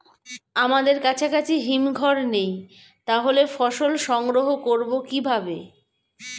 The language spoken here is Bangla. আমাদের কাছাকাছি হিমঘর নেই তাহলে ফসল সংগ্রহ করবো কিভাবে?